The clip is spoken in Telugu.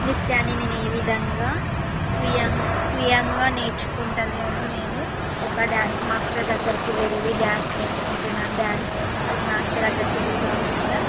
నృత్యాన్ని నేను ఏ విధంగా స్వయంగా స్వయంగా నేర్చుకుంటలేను నేను ఒక డాన్స్ మాస్టర్ దగ్గరికి వెళ్లి డాన్స్ నేర్చుకుంటున్నాను డాన్స్ మాస్టర్ దగ్గరికి వెళ్లి కాకుండా